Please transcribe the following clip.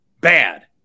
bad